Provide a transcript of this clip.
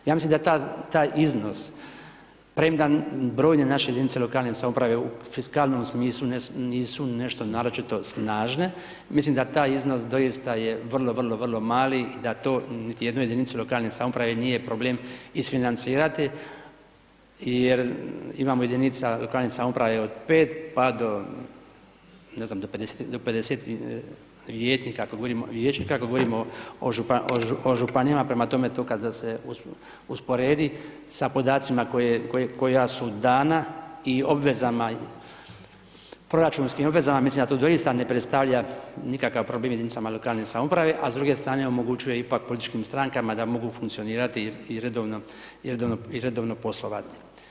Ja mislim da taj iznos, premda brojne naše jedinice lokalne samouprave u fiskalnom smislu nisu nešto naročito snažne, mislim da taj iznos doista je vrlo, vrlo, vrlo mali i da to niti jednoj jedinici lokalne samouprave nije problem isfinancirati jer imamo jedinica lokalne samouprave od 5 pa do, ne znam do 50 vijećnika, ako govorimo o županijama, prema tome, to kada se usporedi sa podacima koja su dana i proračunskim obvezama mislim da to doista ne predstavlja nikakav problem lokalne samouprave, a s druge strane omogućuje ipak političkim strankama da mogu funkcionirati i redovno poslovati.